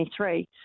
2023